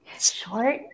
Short